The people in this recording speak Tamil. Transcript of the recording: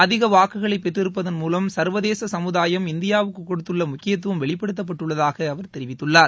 அதிக வாக்குகளை பெற்றிருப்பதன் மூலம் சா்வதேச சமுதாயம் இந்தியாவுக்கு கொடுத்துள்ள முக்கியத்தும் வெளிப்படுத்தப்பட்டுள்ளதாக அவர் தெரிவித்துள்ளார்